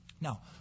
Now